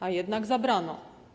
A jednak zabrano.